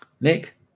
Nick